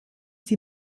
sie